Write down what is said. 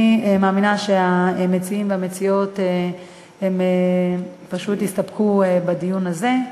אני מאמינה שהמציעים והמציעות פשוט יסתפקו בדיון הזה,